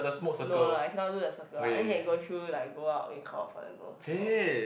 no lah I cannot do the circle I only can through like go out and come out from my nose orh